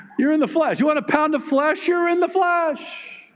you're in the flesh. you want to pound the flesh, you're in the flesh.